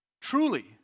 Truly